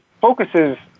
focuses